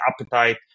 appetite